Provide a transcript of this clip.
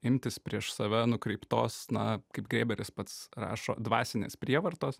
imtis prieš save nukreiptos na kaip grėberis pats rašo dvasinės prievartos